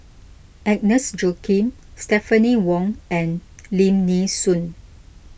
Agnes Joaquim Stephanie Wong and Lim Nee Soon